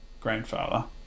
grandfather